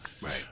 Right